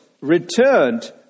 returned